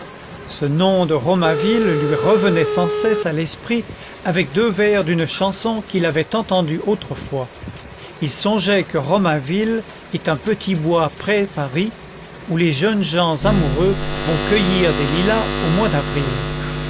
ce nom de romainville lui revenait sans cesse à l'esprit avec deux vers d'une chanson qu'il avait entendue autrefois il songeait que romainville est un petit bois près paris où les jeunes gens amoureux vont cueillir des lilas au mois d'avril